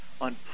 on